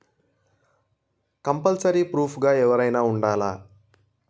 Compulsory proof గా ఎవరైనా ఉండాలా?